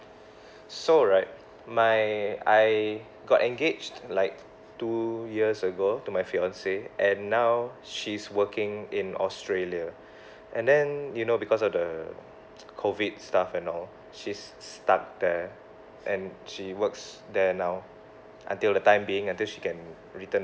so right my I got engaged like two years ago to my fiancee and now she's working in australia and then you know because of the COVID stuff and all she's s~ stuck there and she works there now until the time being until she can return